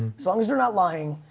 as long as they're not lying.